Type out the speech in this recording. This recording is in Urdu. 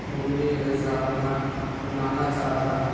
مبنی غذا اپنا اپنانا چاہتا ہے